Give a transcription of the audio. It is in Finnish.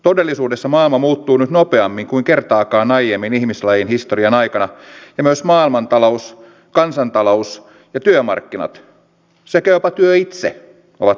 todellisuudessa maailma muuttuu nyt nopeammin kuin kertaakaan aiemmin ihmislajin historian aikana ja myös maailmantalous kansantalous ja työmarkkinat sekä jopa työ itse ovat murroksessa